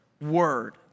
word